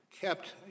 kept